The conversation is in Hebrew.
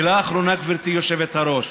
מילה אחרונה, גברתי היושבת-ראש: